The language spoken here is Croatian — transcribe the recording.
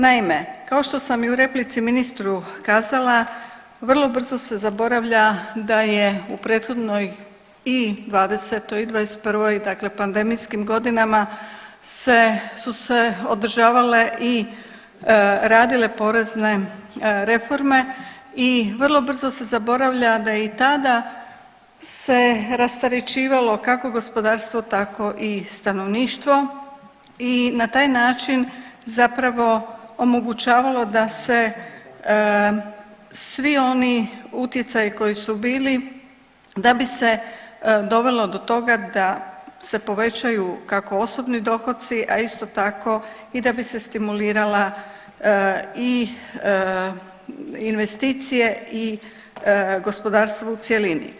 Naime, kao što sam i u replici ministru kazala vrlo brzo se zaboravlja da je u prethodnoj i '20. i '21. dakle pandemijskim godinama se, su se održavale i radile porezne reforme i vrlo brzo se zaboravlja da i tada se rasterećivalo kako gospodarstvo tako i stanovništvo i na taj način zapravo omogućavalo da se svi oni utjecaji koji su bili da bi se dovelo do toga da se povećaju kako osobni dohoci, a isto tako i da bi se stimulirala i investicije i gospodarstvo u cjelini.